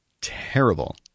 terrible